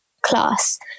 class